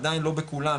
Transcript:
עדיין לא בכולם,